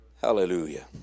Hallelujah